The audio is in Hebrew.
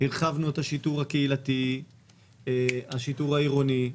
הרחבנו את השיטור הקהילתי, את השיטור העירוני.